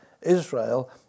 Israel